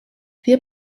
wir